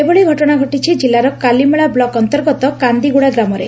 ଏଭଳି ଘଟଣା ଘଟିଛି ଜିଲ୍ଲାର କାଲିମେଳା ବ୍କକ ଅନ୍ତର୍ଗତ କାନ୍ଦିଗୁଡ଼ା ଗ୍ରାମରେ